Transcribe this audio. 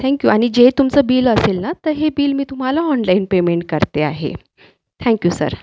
thank you आणि जे तुमचं बिल असेल ना तर हे बिल मी तुम्हाला ऑनलाईन पेमेंट करते आहे थॅंक्यू सर